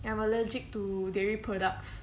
and I'm allergic to dairy products